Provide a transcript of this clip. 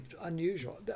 unusual